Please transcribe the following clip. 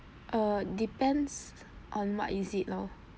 uh depends on what is it lor